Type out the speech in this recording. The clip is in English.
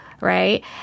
right